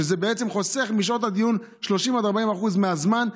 שזה בעצם חוסך משעות הדיון 30% 40% מהזמן?